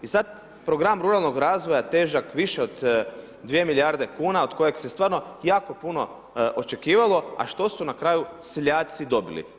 I sad Program ruralnog razvoja, težak više od 2 milijarde kuna, od kojeg se stvarno jako puno očekivalo, a što su na kraju seljaci dobili?